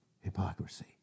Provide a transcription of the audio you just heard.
Hypocrisy